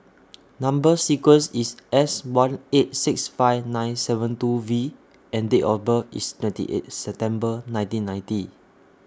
Number sequence IS S one eight six five nine seven two V and Date of birth IS twenty eighth September nineteen ninety